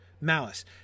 Malice